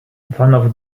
vanaf